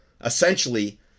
essentially